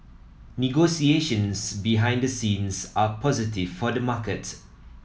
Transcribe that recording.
negotiations behind the scenes are positive for the market